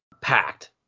packed